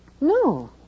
No